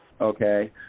okay